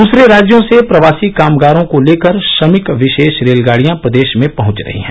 दूसरे राज्यों से प्रवासी कामगारों को लेकर श्रमिक विशेष रेलगाड़ियां प्रदेश में पहच रही हैं